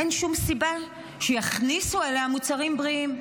אין שום סיבה שיכניסו אליה מוצרים בריאים.